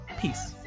Peace